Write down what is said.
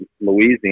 Louisiana